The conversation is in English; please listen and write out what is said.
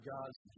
God's